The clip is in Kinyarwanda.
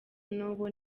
n’ubu